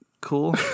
Cool